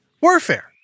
warfare